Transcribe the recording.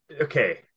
Okay